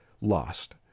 lost